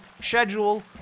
schedule